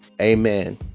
amen